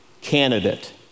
candidate